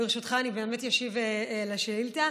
ברשותך, אני באמת אשיב על ההצעה.